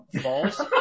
False